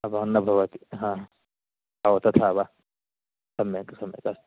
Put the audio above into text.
भ न भवति हा ओ तथा वा सम्यक् सम्यक् अस्तु